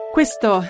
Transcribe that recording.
Questo